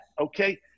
okay